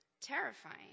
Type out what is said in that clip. Terrifying